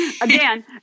again